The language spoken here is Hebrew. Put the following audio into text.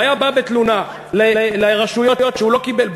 והיה בא בתלונה לרשויות שהוא לא קיבל,